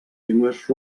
llengües